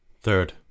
Third